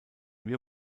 wir